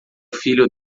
filho